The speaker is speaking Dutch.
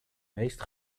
meest